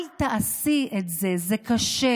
אל תעשי את זה, זה קשה.